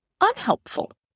unhelpful